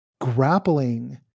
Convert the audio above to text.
grappling